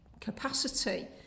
capacity